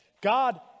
God